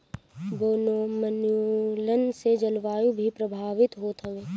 वनोंन्मुलन से जलवायु भी प्रभावित होत हवे